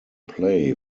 play